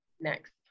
next